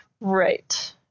Right